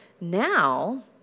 now